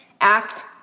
Act